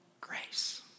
grace